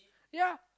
ya